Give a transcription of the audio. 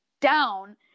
down